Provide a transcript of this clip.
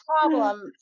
problem